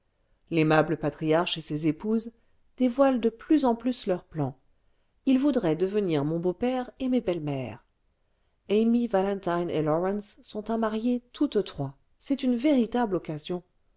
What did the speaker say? l'aimable patriarche et ses épouses dévoilent de plus lje vingtième siècle en plus leur plan ils voudraient devenir mon beau-père et mes bellesmères amy valentine et lawrence sont à marier toutes trois c'est une véritable occasion